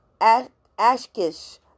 Ashkish